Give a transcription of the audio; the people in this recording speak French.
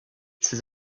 ses